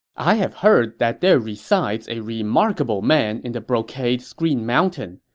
i've heard that there resides a remarkable man in the brocade screen mountain.